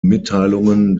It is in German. mitteilungen